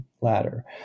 ladder